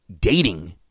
dating